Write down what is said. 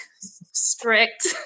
strict